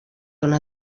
una